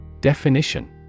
Definition